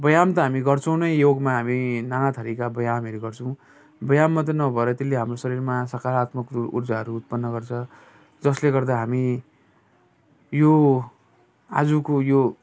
व्यायाम त हामी गर्छौँ नै योगमा हामी नाना थरीका व्यायामहरू गर्छौँ व्यायाम मात्र नभएर त्यसले हाम्रो शरीरमा सकारात्मक ऊर्जाहरू उत्पन्न गर्छ जसले गर्दा हामी यो आजको यो